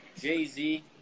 Jay-Z